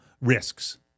risks